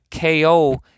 KO